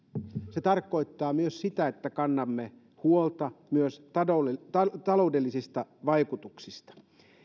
se tarkoittaa myös sitä että kannamme huolta myös taloudellisista vaikutuksista